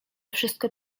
wszystko